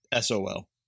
SOL